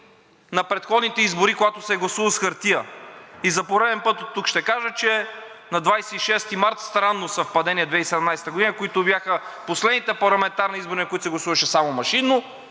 на предходните избори, когато се гласува с хартия. И за пореден път оттук ще кажа, че на 26 март, странно съвпадение, 2017 г., които бяха последните парламентарни избори, на които не се гласуваше само машинно,